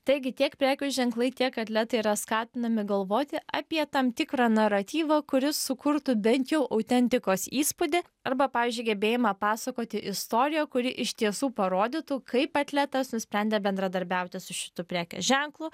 taigi tiek prekių ženklai tiek atletai yra skatinami galvoti apie tam tikrą naratyvą kuris sukurtų bent jau autentikos įspūdį arba pavyzdžiui gebėjimą pasakoti istoriją kuri iš tiesų parodytų kaip atletas nusprendė bendradarbiauti su šitu prekės ženklu